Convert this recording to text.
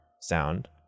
sound